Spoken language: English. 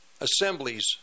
assemblies